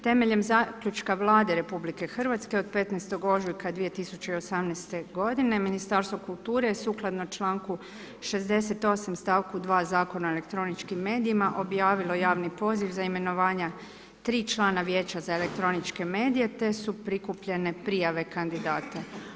Temeljem zaključka Vlade RH od 15. ožujka 2018. godine, Ministarstvo kulture sukladno članku 68. stavku 2. Zakona o elektroničkim medijima, objavilo je javni poziv za imenovanja tri člana Vijeća za elektroničke medije te su prikupljene prijave kandidata.